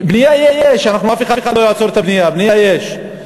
בנייה יש, אף אחד לא יעצור את הבנייה, בנייה יש.